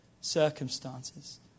circumstances